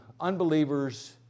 unbelievers